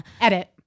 edit